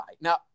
Now